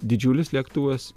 didžiulis lėktuvas